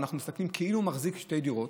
אנחנו מסתכלים עליו כאילו הוא מחזיק שתי דירות.